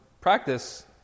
practice